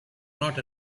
not